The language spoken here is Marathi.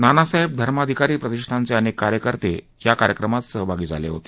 नानासाहेब धर्माधिकारी प्रतिष्ठाचे अनेक कार्यकर्ते याकार्यक्रमात सहभागी झाले होते